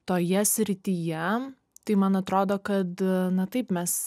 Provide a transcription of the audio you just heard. toje srityje tai man atrodo kad na taip mes